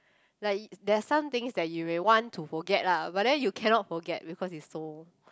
like there's some things that you may want to forget lah but then you cannot forget because it's so